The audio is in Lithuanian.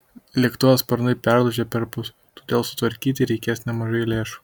lėktuvo sparnai perlūžę perpus todėl sutvarkyti reikės nemažai lėšų